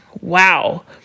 Wow